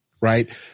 right